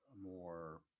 more